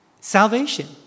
salvation